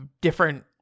different